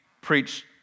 preached